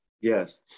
Yes